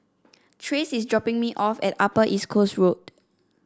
Trace is dropping me off at Upper East Coast Road